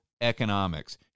economics